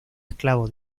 esclavo